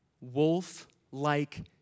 wolf-like